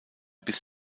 bis